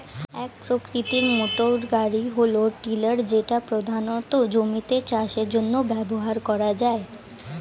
এক প্রকৃতির মোটরগাড়ি হল টিলার যেটা প্রধানত জমিতে চাষের জন্য ব্যবহার করা হয়